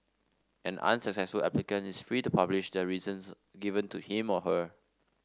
an unsuccessful applicant is free to publish the reasons given to him or her